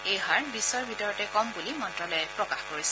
এই হাৰ বিশ্বৰ ভিতৰতে কম বুলি মন্ত্ৰালয়ে প্ৰকাশ কৰিছে